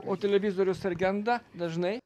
o televizorius ar genda dažnai